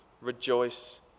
rejoice